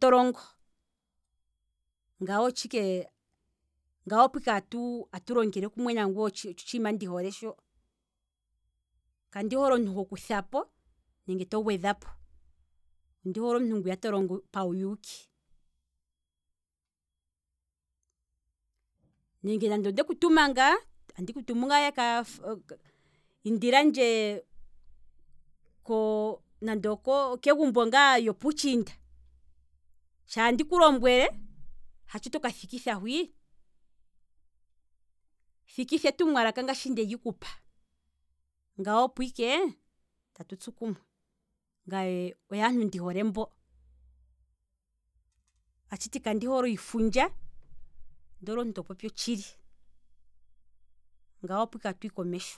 to longo, ngawo opo ike atu longele kumwe nangweye, otsho otshiima ndi hole sho, kandi hole omuntu hoku thapo nenge to gwedhapo, ondi hole omuntu ngwiya to longo pawu yuuki, nenge nande ondeku tuma ngaa, andiku tumu ngaa indilandje nande okegumbo lyopuutshinda, shaandiku lombwele, hatsho toka thikitha hwii, thikitha etumwalaka ngaashi ndeli kupa, ngano opo ike tatu tsu kumwe, ngaye oyo aantu ndi hole mbo, atshiti kandi hole iifundja, ondi hole omuntu to popi otshili, ngano opo ike tatu hi komesho.